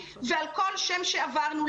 ועל כל שם שעברנו,